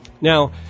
Now